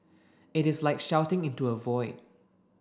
it is like shouting into a void